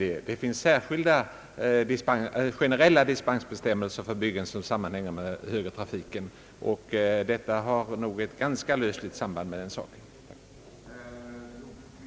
Det finns särskilda generella dispensbestämmelser för byggen, som sammanhänger med högertrafiken, och de byggen jag här nämnt har nog ett ganska lösligt samband — om ens något — med den saken.